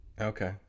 Okay